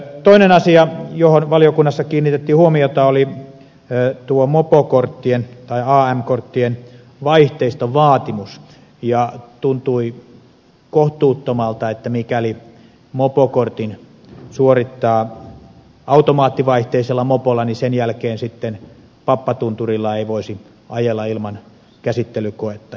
toinen asia johon valiokunnassa kiinnitettiin huomiota oli mopokorttien tai am korttien vaihteiston vaatimus ja tuntui kohtuuttomalta että mikäli mopokortin suorittaa automaattivaihteisella mopolla niin sen jälkeen sitten pappatunturilla ei voisi ajella ilman käsittelykoetta